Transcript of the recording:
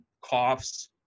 coughs